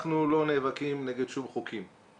אנחנו לא נאבקים נגד שום חוקים.